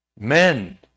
Men